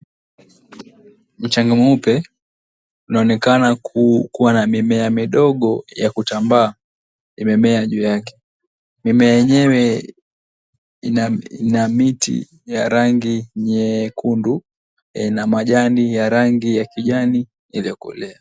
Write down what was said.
Mchanga mweupe, unaonekana kuwa na mimea midogo ya kutambaa, imemea juu yake. Mimea yenyewe ina miti ya rangi nyekundu, na majani ya rangi ya kijani yaliyokolea.